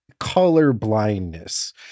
colorblindness